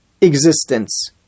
existence